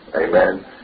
Amen